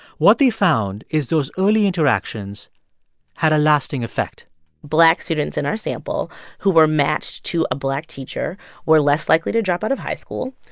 what they found is those early interactions had a lasting effect black students in our sample who were matched to a black teacher were less likely to drop out of high school,